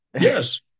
yes